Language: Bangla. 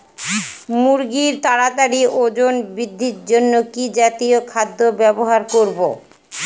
মুরগীর তাড়াতাড়ি ওজন বৃদ্ধির জন্য কি জাতীয় খাদ্য ব্যবহার করব?